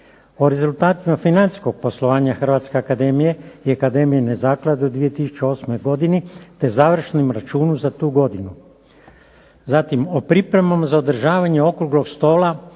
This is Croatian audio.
O rezultatima financijskog poslovanja Hrvatske akademije i akademijine zaklade u 2008. godini te završnim računom za tu godinu. Zatim o pripremama za održavanje okruglog stola